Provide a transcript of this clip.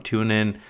TuneIn